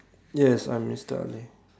yes I'm mister Ali